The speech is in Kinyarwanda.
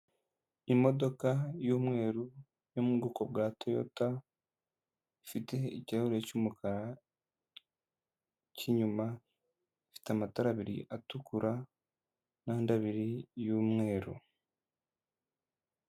Imodoka y'umweru yo mu bwoko bwa toyota, ifite ikirahure cy'umukara cy'inyuma, ifite amatara abiri atukura n'andi abiri y'umweru.